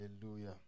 Hallelujah